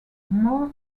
more